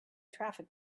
traffic